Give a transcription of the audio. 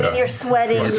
you're sweating